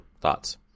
thoughts